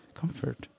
comfort